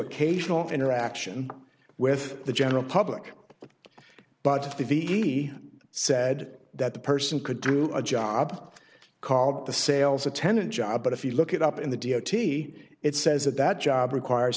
occasional interaction with the general public but if he said that the person could do a job called the sales attendant job but if you look it up in the d o t it says that that job requires